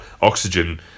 oxygen